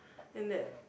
and that